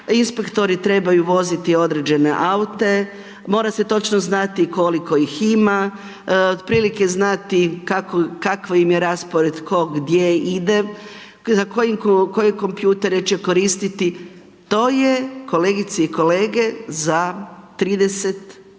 inspektori trebaju voziti određene aute, mora se točno znati koliko ih ima, otprilike znati kakav im je raspored, tko gdje ide, koje kompjutere će koristit, to je kolegice i kolege za 31 dan